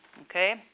Okay